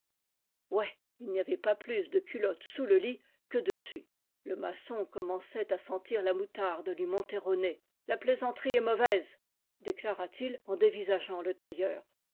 ouais il n'y avait pas plus de culotte sous le lit que des sus le maçon commençait à sentir la moutarde lui monter au nez la plaisanterie est mauvaise déclara-t-il en dévisa geant le tailleur